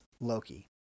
Loki